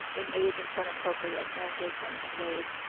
um in age and tone appropriate language and and ways.